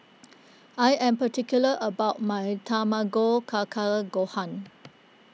I am particular about my Tamago Kake Gohan